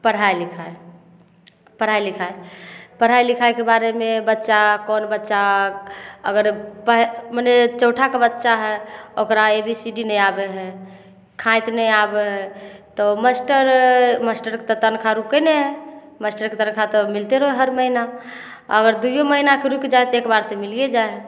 पढ़ाइ लिखाइ पढ़ाइ लिखाइ पढ़ाइ लिखाइके बारेमे बच्चा कोन बच्चा अगर मने चौठाके बच्चा हइ ओकरा ए बी सी डी नहि आबै हइ खाँइत नहि आबै हइ तऽ मास्टर मास्टरके तऽ तनखा रूकै नहि हइ मस्टरके तनखा तऽ मिलते रहै हइ हर महिना अगर दूइयो महिनाके रूइशकि जाय तऽ एक बार तऽ मिलिए जाइ हइ